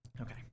Okay